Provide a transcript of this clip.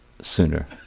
sooner